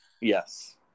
Yes